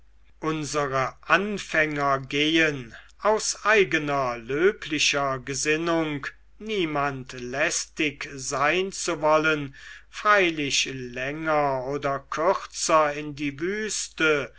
unsere anfänger gehen aus eigener löblicher gesinnung niemand lästig sein zu wollen freiwillig länger oder kürzer in die wüste